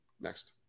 Next